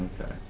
Okay